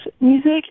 music